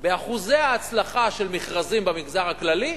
באחוזי ההצלחה של מכרזים במגזר הכללי,